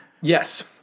Yes